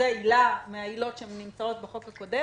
זו עילה מהעילות שנמצאות בחוק הקודם